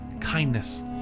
Kindness